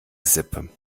sippe